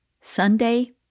Sunday